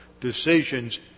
decisions